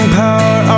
power